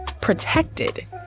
protected